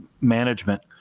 management